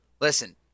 Listen